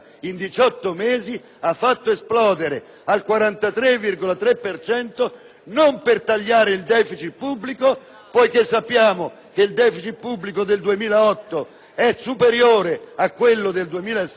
non per tagliare il deficit pubblico - perché sappiamo che il deficit pubblico del 2008 è superiore a quello del 2006 - bensì per consentire uno sperpero ulteriore della spesa pubblica.